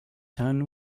son